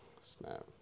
Snap